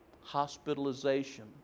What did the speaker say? hospitalization